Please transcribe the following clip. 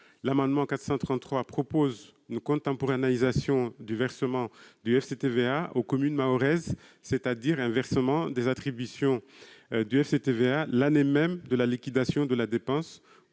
amendement vise à proposer une contemporanéisation du versement du FCTVA aux communes mahoraises, c'est-à-dire un versement des attributions du FCTVA l'année même de la liquidation de la dépense,